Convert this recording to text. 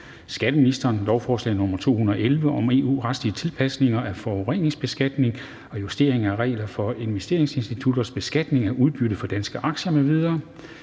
andre love. (EU-retlig tilpasning af foreningsbeskatningen, justering af reglerne for investeringsinstitutters beskatning af udbytte fra danske aktier,